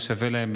מה שווה להם,